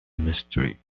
mystery